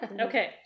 Okay